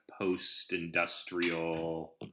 post-industrial